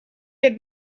had